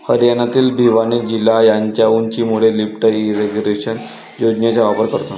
हरियाणातील भिवानी जिल्हा त्याच्या उंचीमुळे लिफ्ट इरिगेशन योजनेचा वापर करतो